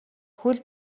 хөл